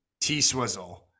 T-Swizzle